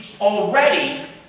already